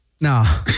No